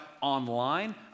online